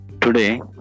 today